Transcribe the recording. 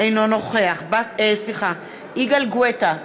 אינו נוכח יגאל גואטה,